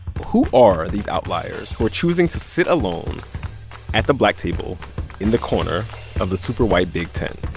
who are these outliers who are choosing to sit alone at the black table in the corner of the super-white big tent?